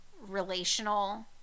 relational